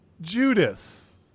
judas